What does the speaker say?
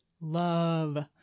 love